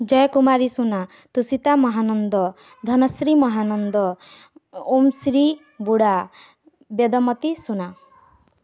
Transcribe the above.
Jay Kumari Suna Toshita Mahanand Dhanashree Mahanand Omshree Buda Bedamati Suna